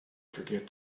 forget